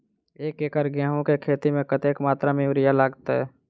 एक एकड़ गेंहूँ केँ खेती मे कतेक मात्रा मे यूरिया लागतै?